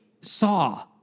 saw